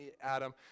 Adam